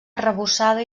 arrebossada